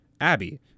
Abby